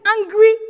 angry